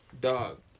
Dog